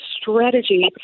strategy